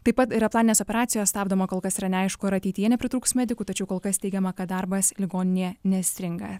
taip pat yra planinės operacijos stabdoma kol kas yra neaišku ar ateityje nepritrūks medikų tačiau kol kas teigiama kad darbas ligoninėje nestringa